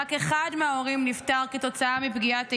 שרק אחד מההורים נפטר כתוצאה מפגיעת איבה,